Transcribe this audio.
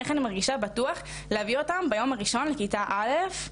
איך אני מרגישה בטוח להביא אותם ביום הראשון לכיתה א',